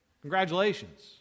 Congratulations